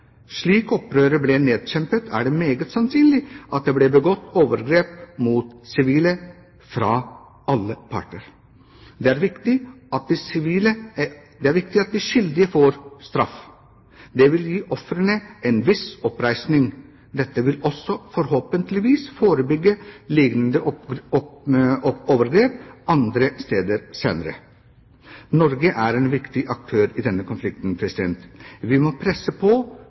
Slik opprøret ble nedkjempet, er det meget sannsynlig at det ble begått overgrep mot sivile fra alle parter. Det er viktig at de skyldige får straff. Det vil gi ofrene en viss oppreisning. Dette vil også – forhåpentligvis – forebygge lignende overgrep andre steder senere. Norge er en viktig aktør i denne konflikten. Vi må presse på